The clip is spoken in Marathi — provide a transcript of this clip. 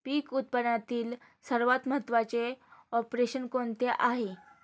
पीक उत्पादनातील सर्वात महत्त्वाचे ऑपरेशन कोणते आहे?